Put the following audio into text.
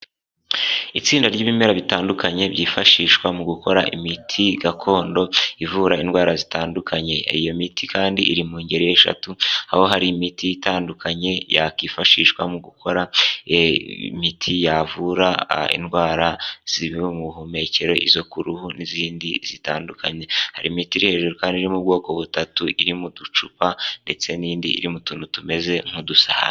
Itsinda ry'ibimera bitandukanye byifashishwa mu gukora imiti gakondo ivura indwara zitandukanye. Iyo miti kandi iri mu ngeri eshatu aho hari imiti itandukanye yakwifashishwa mu gukora imiti yavura indwara z'ubu humekero, izo ku ruhu n'izindi zitandukanye. Hari imiti iri hejuru kandi irimo ubwoko butatu, iri mu uducupa ndetse n'indi iri mu tuntu tumeze nk'udusahani.